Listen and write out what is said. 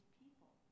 people